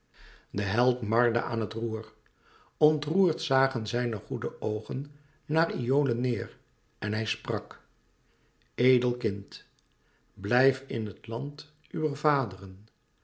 de held marde aan het roer ontroerd zagen zijne goede oogen naar iole neêr en hij sprak edel kind blijf in het land uwer vaderen